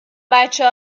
بچه